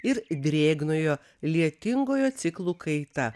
ir drėgnojo lietingojo ciklų kaita